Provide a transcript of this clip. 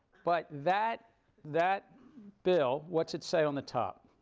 but that that bill, what's it say on the top?